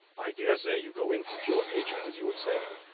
i daresay you go in for pure nature, as you were saying.